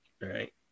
right